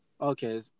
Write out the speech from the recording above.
Okay